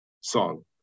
song